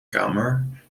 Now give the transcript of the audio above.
kamer